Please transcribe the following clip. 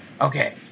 Okay